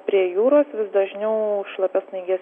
prie jūros vis dažniau šlapias snaiges